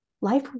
life